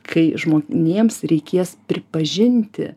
kai žmonėms reikės pripažinti